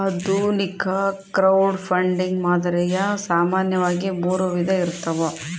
ಆಧುನಿಕ ಕ್ರೌಡ್ಫಂಡಿಂಗ್ ಮಾದರಿಯು ಸಾಮಾನ್ಯವಾಗಿ ಮೂರು ವಿಧ ಇರ್ತವ